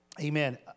Amen